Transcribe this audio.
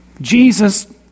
Jesus